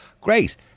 Great